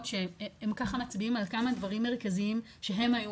שהם ככה מצביעים על כמה דברים מרכזיים שהם היו